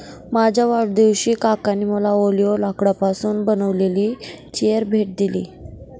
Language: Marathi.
माझ्या वाढदिवशी काकांनी मला ऑलिव्ह लाकडापासून बनविलेली चेअर भेट दिली